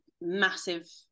massive